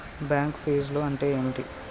Bank ఫీజ్లు అంటే ఏమిటి?